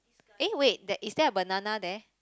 eh wait there is there a banana there